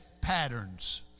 patterns